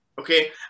okay